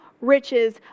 riches